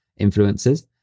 influencers